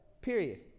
period